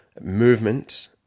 movement